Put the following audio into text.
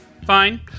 Fine